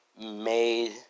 made